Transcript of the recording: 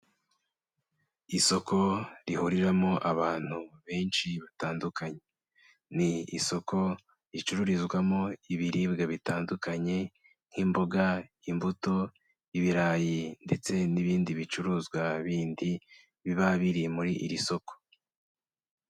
Isoko rihuriramo abantu benshi batandukanye, ni isoko ricururizwamo ibiribwa bitandukanye, nk'imboga, imbuto, ibirayi, ndetse n'ibindi bicuruzwa bindi biba biri muri iri soko.